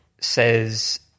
says